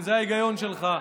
אם זה ההיגיון שלך,